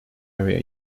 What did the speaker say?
area